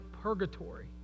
purgatory